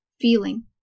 Feeling